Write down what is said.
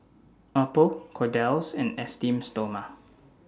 Oppo Kordel's and Esteem Stoma